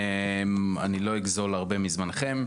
אני לא אגזול הרבה מזמנכם,